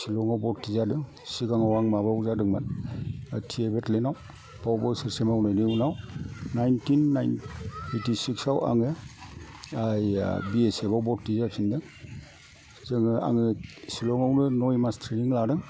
सिलंआव भरथि जादों सिगाङाव आं माबायाव जादोंमोन थि ए भेथेलेनयाव बाव बोसोरसे मावनायनि उनाव नाइनथिन ओइथिसिक्स आव आङो बि एस एफआव भरथि जाफिनदों आङो सिलंआवनो नय मास ट्रेनिं लादों